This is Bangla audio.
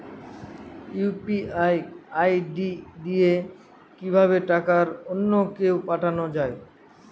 ইউ.পি.আই আই.ডি দিয়ে কিভাবে টাকা অন্য কে পাঠানো যায়?